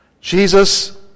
Jesus